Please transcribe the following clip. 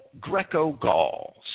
Greco-Gauls